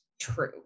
true